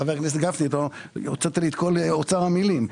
חבר הכנסת גפני, הוצאת ל את כל אוצר המילים.